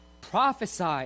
Prophesy